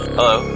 Hello